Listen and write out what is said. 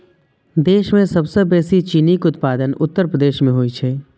देश मे सबसं बेसी चीनीक उत्पादन उत्तर प्रदेश मे होइ छै